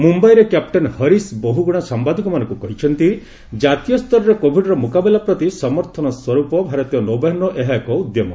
ମୁମ୍ଭାଇରେ କ୍ୟାପ୍ଟେନ୍ ହରିଶ୍ ବହୁଗୁଣା ସାମ୍ବାଦିକମାନଙ୍କୁ କହିଛନ୍ତି କାତୀୟ ସ୍ତରରେ କୋଭିଡ୍ର ମୁକାବିଲା ପ୍ରତି ସମର୍ଥନସ୍ୱରୂପ ଭାରତୀୟ ନୌବାହିନୀର ଏହା ଏକ ଉଦ୍ୟମ